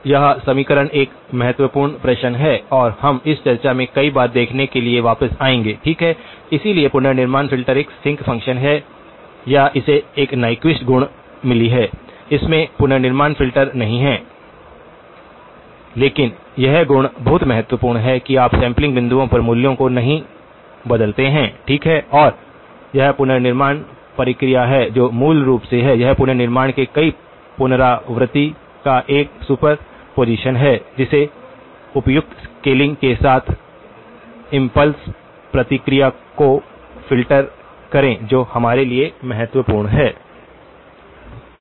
तो यह समीकरण एक महत्वपूर्ण प्रश्न है और हम इस चर्चा में कई बार देखने के लिए वापस आएंगे ठीक है इसलिए पुनर्निर्माण फ़िल्टर एक सिंक फंक्शन है या इसे एक नीक्वीस्ट गुण मिली है इसमें 3027 पुनर्निर्माण फ़िल्टर नहीं है लेकिन यह गुण बहुत महत्वपूर्ण है कि आप सैंपलिंग बिंदुओं पर मूल्यों को नहीं बदलते हैं ठीक है और यह पुनर्निर्माण प्रक्रिया है जो मूल रूप से है यह पुनर्निर्माण के कई पुनरावृत्ति का एक सुपरपोजिशन है जिसे उपयुक्त स्केलिंग के साथ इम्पल्स प्रतिक्रिया को फ़िल्टर करें जो हमारे लिए बहुत महत्वपूर्ण है